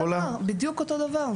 זה בדיוק אותו דבר.